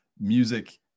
music